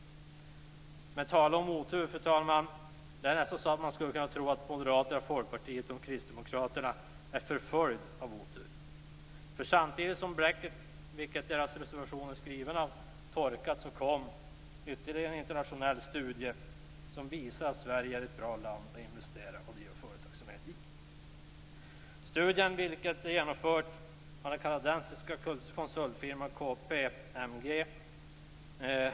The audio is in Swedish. Men tala om otur, fru talman! Det är nästan så att man skulle kunna tro att Moderaterna, Folkpartiet och Kristdemokraterna är förföljda av otur. Samtidigt som bläcket med vilket deras reservation är skriven torkar kom nämligen ytterligare en internationell studie som visar att Sverige är ett bra land att investera och driva företagsamhet i. Studien är genomförd av den kanadensiska konsultfirman KPMG.